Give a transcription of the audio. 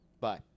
Bye